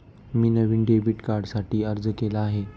मी नवीन डेबिट कार्डसाठी अर्ज केला आहे